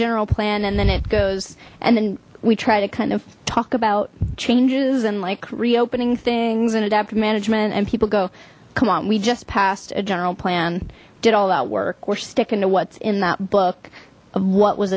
general plan and then it goes and then we try to kind of talk about changes and like reopening things and adaptive management and people go come on we just passed a general plan did all that work we're sticking to what's in that book of what was